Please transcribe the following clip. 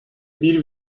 bir